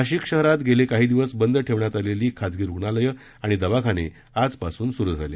नाशिकमध्ये शहरात गेले काही दिवस बंद ठेवण्यात आलेली खासगी रुग्णालयं आणि दवाखाने आजपासून सुरु करण्यात आले